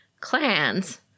clans